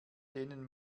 denen